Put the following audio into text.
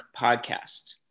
Podcast